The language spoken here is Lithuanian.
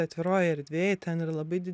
atviroj erdvėj ten yr labai did